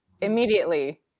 immediately